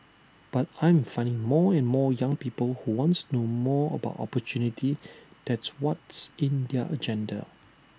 but I'm finding more and more young people who wants know more about opportunity that's what's in their agenda